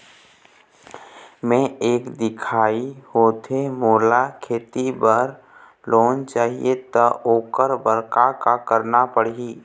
मैं एक दिखाही होथे मोला खेती बर लोन चाही त ओकर बर का का करना पड़ही?